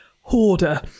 hoarder